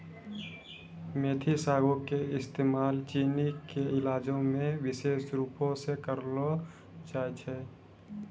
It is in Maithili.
मेथी सागो के इस्तेमाल चीनी के इलाजो मे विशेष रुपो से करलो जाय छै